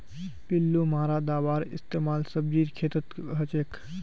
पिल्लू मारा दाबार इस्तेमाल सब्जीर खेतत हछेक